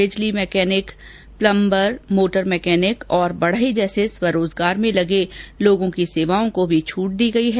बिजली mechanic plumber motor mechanic और बढई जैसे स्वरोजगार में लगे लोगों की सेवाओं को भी छूट दी गई है